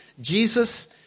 Jesus